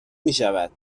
میشود